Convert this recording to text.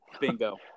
Bingo